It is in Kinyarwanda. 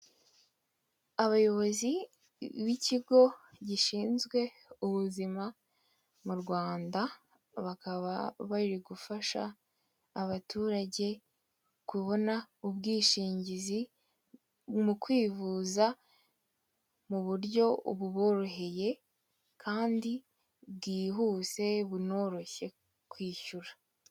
Abayobozi b'ikigo gishinzwe ubuzima mu Rwanda bakaba bari gufasha abaturage kubona ubwishingizi, mu kwivuza mu buryo buboroheye, kandi bwihuse bunoroshye kwishyura.